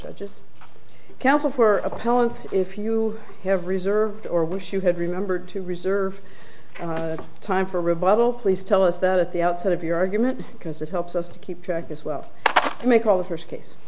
judges counsel for appellate if you have reserved or wish you had remembered to reserve time for rebuttal please tell us that at the outset of your argument because it helps us to keep track as well to make all the first case